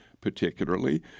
particularly